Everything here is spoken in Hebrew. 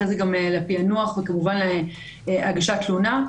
אחרי זה גם לפענוח וכמובן להגשת תלונה.